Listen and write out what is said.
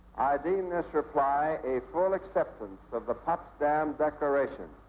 i deem this reply a full acceptance of the potsdam declaration,